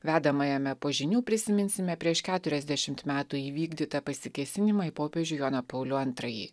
vedamajame po žinių prisiminsime prieš keturiasdešimt metų įvykdytą pasikėsinimą į popiežių joną paulių antrąjį